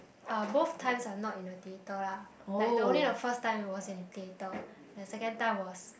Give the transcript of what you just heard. uh both times are not in a theater lah like the only the first time was in theater the second time was